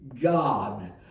God